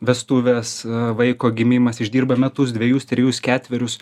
vestuvės vaiko gimimas išdirba metus dvejus trejus ketverius